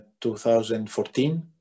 2014